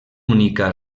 única